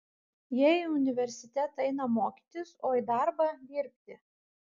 jie į universitetą eina mokytis o į darbą dirbti